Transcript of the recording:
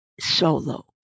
solo